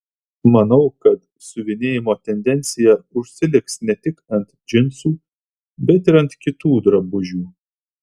manau kad siuvinėjimo tendencija užsiliks ne tik ant džinsų bet ir ant kitų drabužių